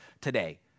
today